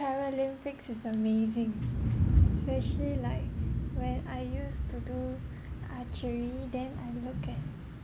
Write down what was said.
paralympics is amazing especially like when I used to do archery then I look at